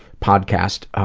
podcast.